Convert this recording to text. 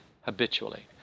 habitually